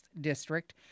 District